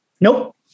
Nope